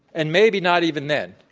and maybe not even then.